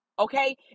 okay